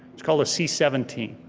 it's called a c seventeen,